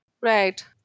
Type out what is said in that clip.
Right